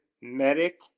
Medic